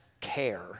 care